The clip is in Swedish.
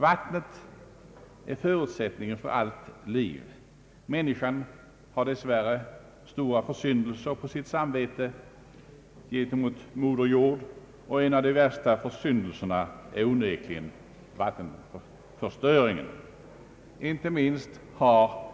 Vattnet är förutsättningen för allt liv. Människan har dess värre stora försyndelser på sitt samvete gentemot moder jord. En av de värsta försyndelserna är onekligen vattenförstöringen. Inte minst har